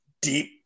Deep